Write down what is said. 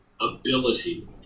ability